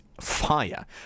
fire